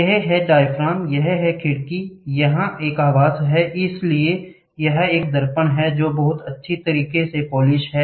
ये हैं डायाफ्राम यहाँ एक खिड़की है यहाँ एक आवास है इसलिए यहाँ एक दर्पण है जो बहुत अच्छी तरह से पॉलिश है